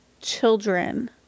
children